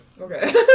Okay